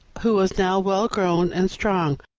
who was now well grown and strong,